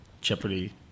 Jeopardy